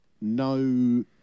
no